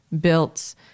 built